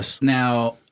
Now